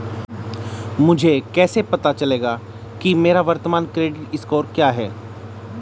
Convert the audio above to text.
मुझे कैसे पता चलेगा कि मेरा वर्तमान क्रेडिट स्कोर क्या है?